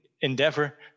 endeavor